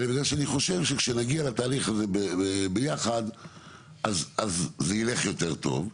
אלא בגלל שאני חושב שכשנגיע לתהליך הזה ביחד אז זה ילך יותר טוב,